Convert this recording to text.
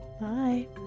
Bye